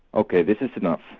ok, this is enough.